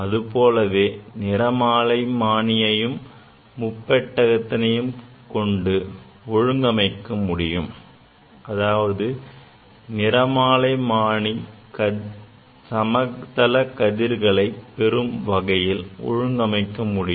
அதுபோலவே நிறமாலைமானியையும் முப்பட்டகத்தினை கொண்டு ஒழுங்கமைக்க முடியும் அதாவது நிறமாலைமானி சமதள கதிர்களை பெரும் வகையில் ஒழுங்கமைக்க முடியும்